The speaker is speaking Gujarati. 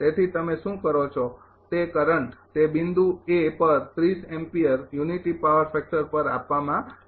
તેથી તમે શું કરો છો કરંટ તે બિંદુ પર યુનિટી પાવર ફેક્ટર પર આપવામાં આવ્યો છે